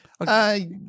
Okay